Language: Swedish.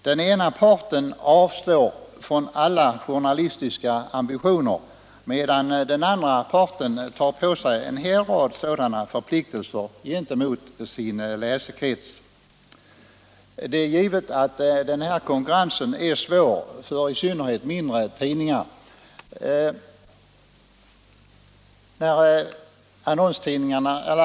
Den ena parten avstår från alla journalistiska ambitioner, medan den andra tar på sig en hel rad sådana gentemot sin läsekrets. Det är givet att den här konkurrensen är svår för i synnerhet mindre tidningar.